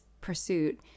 pursuit